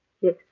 Yes